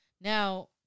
Now